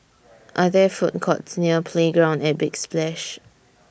Are There Food Courts near Playground At Big Splash